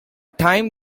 time